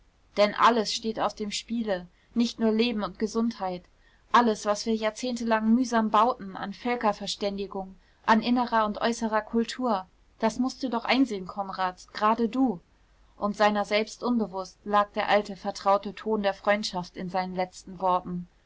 denn alles steht auf dem spiele nicht nur leben und gesundheit alles was wir jahrzehntelang mühsam bauten an völkerverständigung an innerer und äußerer kultur das mußt du doch einsehen konrad gerade du und seiner selbst unbewußt lag der alte vertraute ton der freundschaft in seinen letzten worten